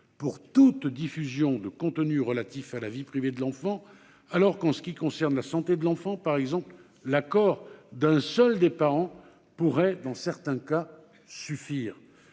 pour toute diffusion de « contenus relatifs à la vie privée de l'enfant », alors que, en ce qui concerne la santé de l'enfant par exemple, l'accord d'un seul des parents pourrait, dans certains cas, suffire.